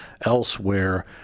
elsewhere